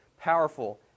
powerful